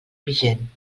vigent